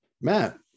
Matt